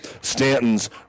Stanton's